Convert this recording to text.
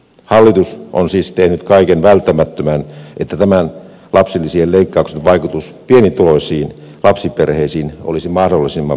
hallitus on siis tehnyt kaiken välttämättömän että tämän lapsilisien leikkauksen vaikutus pienituloisiin lapsiperheisiin olisi mahdollisimman vähäinen